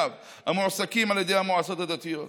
המועסקים על ידי המועצות הדתיות.